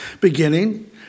beginning